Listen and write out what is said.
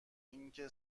اینکه